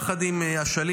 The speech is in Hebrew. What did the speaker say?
ביחד עם אשלים,